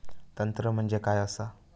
तंत्र म्हणजे काय असा?